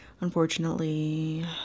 unfortunately